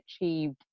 achieved